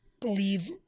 believe